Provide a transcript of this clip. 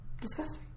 disgusting